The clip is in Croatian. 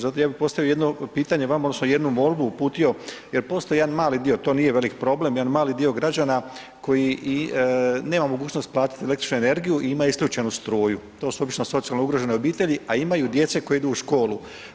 Zato bih ja vama postavio jedno pitanje odnosno jednu molbu uputio jel postoji jedan mali dio, to nije velik problem, jedan mali dio građana koji nema mogućnost platiti električnu energiju i ima isključenu struju, to su obično socijalno ugrožene obitelji, a imaju djece koja idu u školu.